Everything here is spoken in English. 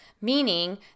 meaning